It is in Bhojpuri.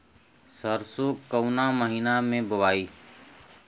सरसो काउना महीना मे बोआई?